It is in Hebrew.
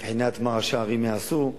מבחינת מה ראשי ערים יעשו,